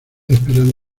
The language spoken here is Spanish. esperando